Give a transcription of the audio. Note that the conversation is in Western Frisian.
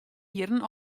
jierren